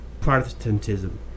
Protestantism